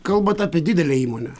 kalbat apie didelę įmonę